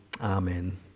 Amen